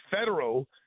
federal